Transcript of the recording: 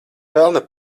velna